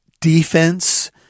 defense